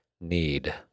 need